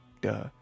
duh